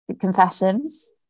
confessions